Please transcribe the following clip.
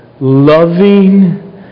loving